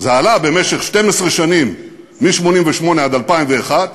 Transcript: זה עלה במשך 12 שנים מ-1988 עד 2001,